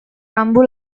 rambu